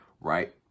right